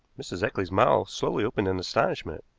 mrs. eccles's mouth slowly opened in astonishment.